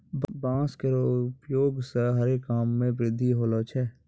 बांस केरो उपयोग सें हरे काम मे वृद्धि होलो छै